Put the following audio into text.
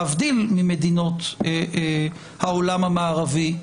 להבדיל ממדינות העולם המערבי,